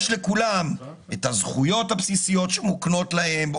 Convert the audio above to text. יש לכולם את הזכויות הבסיסיות שמוקנות להם,